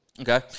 Okay